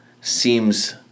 seems